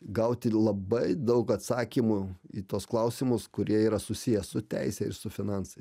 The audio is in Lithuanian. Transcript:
gaut ir labai daug atsakymų į tuos klausimus kurie yra susiję su teise ir su finansais